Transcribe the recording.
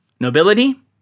nobility